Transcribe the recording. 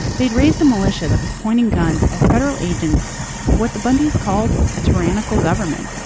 they'd raised a militia that was pointing guns at federal agents of what the bundys called a tyrannical government.